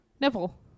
Nipple